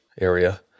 area